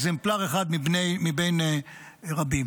אקזמפלר אחד מבין רבים